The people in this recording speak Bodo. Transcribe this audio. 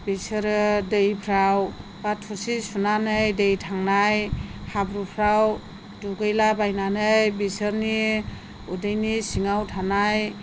बिसोरो दैफ्राव बा थोरसि सुनानै दै थांनाय हाब्रुफ्राव दुगैलाबायनानै बिसोरनि उदैनि सिङाव थानाय